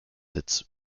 its